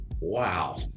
wow